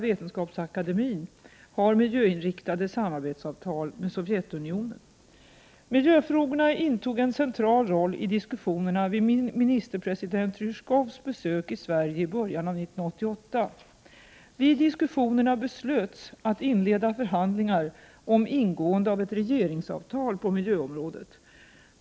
Vetenskapsakademien har miljöinriktade samarabetsavtal med Sovjetunionen. Miljöfrågorna intog en central roll i diskussionerna vid ministerpresident Ryzjkovs besök i Sverige i början av 1988. Vid diskussionerna beslöts att inleda förhandlingar om ingående av ett regeringsavtal på miljöområdet.